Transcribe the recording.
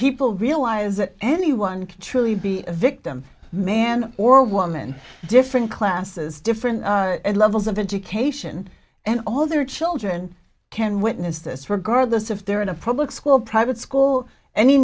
people realize that anyone can truly be a victim man or woman different classes different levels of education and all their children can witness this regardless if they're in a public school private school any